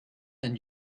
and